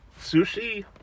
Sushi